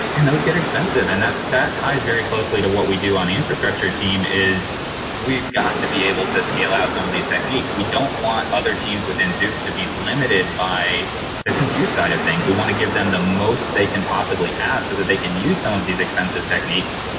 and those get expensive, and that ties very closely to what we do on the infrastructure team, is we've got to be able to scale out some of these techniques. we don't want other teams within zoox to be limited by the compute side of things. we want to give them the most they can possibly have so that they can use some of these expensive techniques,